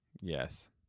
Yes